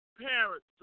parents